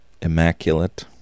immaculate